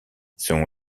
son